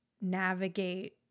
navigate